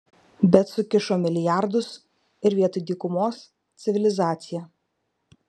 bet sukišo milijardus ir vietoj dykumos civilizacija